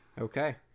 Okay